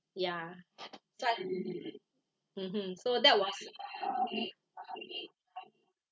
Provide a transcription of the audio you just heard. ya so I mmhmm so that was